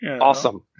Awesome